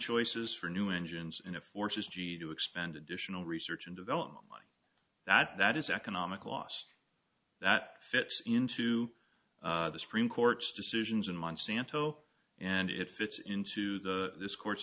choices for new engines in a forces g to expand additional research and development that is economic loss that fits into the supreme court's decisions in monsanto and it fits into the court's